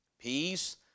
peace